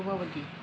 পূৰ্বৱৰ্তী